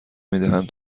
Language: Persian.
میدهند